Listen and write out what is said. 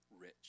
rich